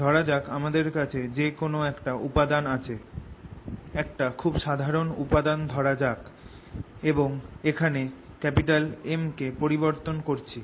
ধরা যাক আমাদের কাছে যে কোন একটা উপাদান আছে একটা খুব সাধারন উপাদান ধরা যাক এবং এখানে M কে পরিবর্তন করছি